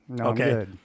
okay